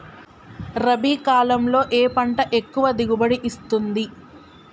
రబీ కాలంలో ఏ పంట ఎక్కువ దిగుబడి ఇస్తుంది?